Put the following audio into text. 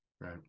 right